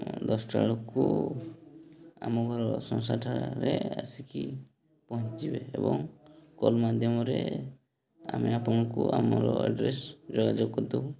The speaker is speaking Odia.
ଦଶଟା ବେଳକୁ ଆମ ଘରର ସଁସାର ଠାରେ ଆସିକି ପହଁଞ୍ଚିବେ ଏବଂ କଲ୍ ମାଧ୍ୟମରେ ଆମେ ଆପଣଙ୍କୁ ଆମର ଆଡ଼୍ରେସ୍ ଯୋଗାଯୋଗ କରିଦେବୁ